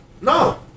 No